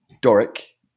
Doric